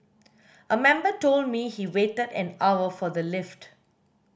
a member told me he waited an hour for the lift